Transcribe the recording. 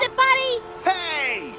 ah buddy hey